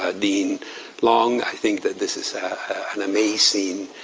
ah dean long. i think that this is an amazing,